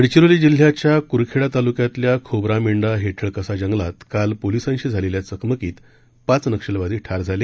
गडचिरोली जिल्ह्याच्या कुरखेडा तालुक्यातल्या खोब्रामेंढा हेटळकसा जंगलात काल पोलिसांशी झालेल्या चकमकीत पाच नक्षलवादी ठार झाले